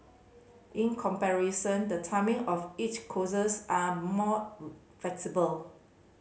in comparison the timing of each coaches are more flexible